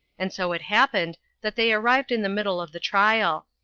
and so it happened that they arrived in the middle of the trial.